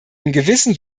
gewissen